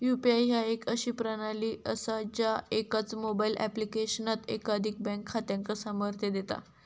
UPI ह्या एक अशी प्रणाली असा ज्या एकाच मोबाईल ऍप्लिकेशनात एकाधिक बँक खात्यांका सामर्थ्य देता